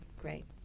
great